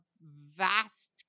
vast